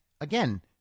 again